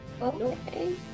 Okay